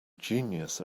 genius